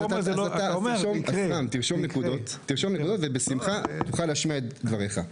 רם, תרשום נקודות, ובשמחה אשמע את דבריך.